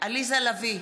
עליזה לביא,